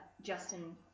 Justin